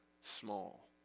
small